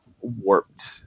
warped